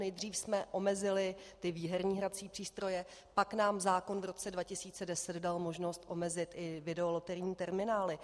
Nejdřív jsme omezili výherní hrací přístroje, pak nám zákon v roce 2010 dal možnost omezit i videoloterijní terminály.